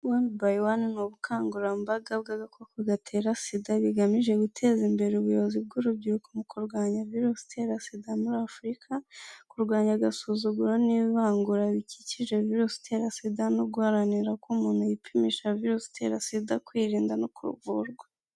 One by one nu ubukangurambaga bw'agakoko gatera sida bigamije guteza imbere ubuyobozi bw'urubyiruko mu kurwanya virusi itera sida muri afurika kurwanya agasuzuguro n'ivangura bikikije virusi itera sida no guharanira ko umuntu yipimisha virusi itera sida kwirinda no kuvurwa